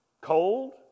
cold